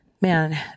Man